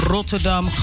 Rotterdam